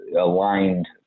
aligned